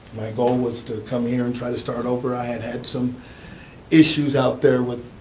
my goal was to come here and try to start over, i had had some issues out there with